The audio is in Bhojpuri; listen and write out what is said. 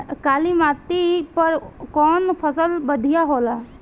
काली माटी पर कउन फसल बढ़िया होला?